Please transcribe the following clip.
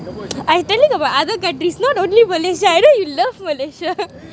I tell you about other countries not only malaysia I think you love malaysia